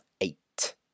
eight